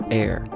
air